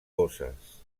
bosses